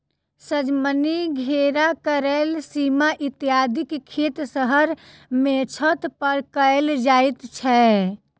सजमनि, घेरा, करैला, सीम इत्यादिक खेत शहर मे छत पर कयल जाइत छै